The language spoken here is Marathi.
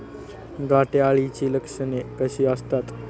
घाटे अळीची लक्षणे कशी असतात?